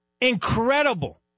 Incredible